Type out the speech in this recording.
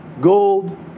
gold